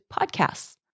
podcasts